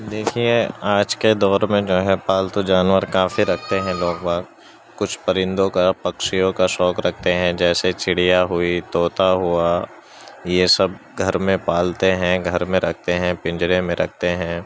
دیکھیے آج کے دور میں جو ہے پالتو جانور کافی رکھتے ہیں لوگ باگ کچھ پرندوں کا پکچھیوں کا شوق رکھتے ہیں جیسے چڑیا ہوئی طوطا ہوا یہ سب گھر میں پالتے ہیں گھر میں رکھتے ہیں پنجرے میں رکھتے ہیں